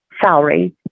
salary